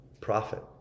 profit